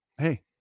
hey